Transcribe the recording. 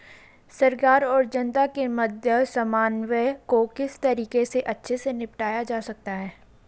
सरकार और जनता के मध्य समन्वय को किस तरीके से अच्छे से निपटाया जा सकता है?